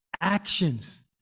actions